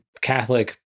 Catholic